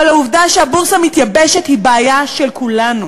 אבל העובדה שהבורסה מתייבשת היא בעיה של כולנו.